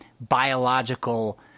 biological